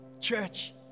Church